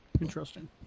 Interesting